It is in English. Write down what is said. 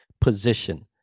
position